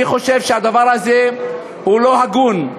אני חושב שהדבר הזה הוא לא הגון,